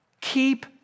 keep